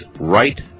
right